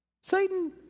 Satan